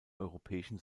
europäischen